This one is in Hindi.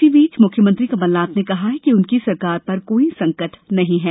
इसी बीच मुख्यमंत्री कमलनाथ ने कहा है कि उनकी सरकार पर कोई संकट नहीं है